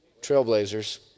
Trailblazers